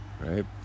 right